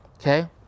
okay